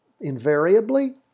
Invariably